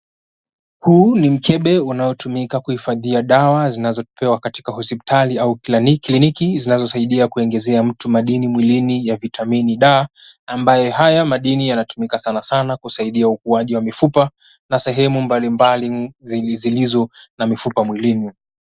Huu ni mkebe zinazotumika kuhifadhia dawa zinazopewa katika hospitali au kliniki zinazosaidia kuongezeka mtu madini mwilini ya vitamin. Dawa ambayo haya madini yanatumika sana sana kusaidia ukuaji wa mfupa na sehemu mbalimbali zenye zilizo na mifupa mwilini.